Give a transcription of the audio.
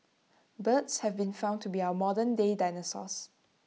birds have been found to be our modernday dinosaurs